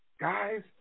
guys